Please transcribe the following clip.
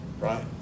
Right